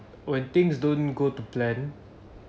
when things don't go to plan